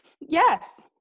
yes